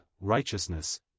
righteousness